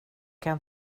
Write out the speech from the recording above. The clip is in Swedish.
kan